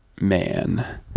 Man